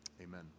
amen